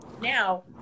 now